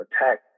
attack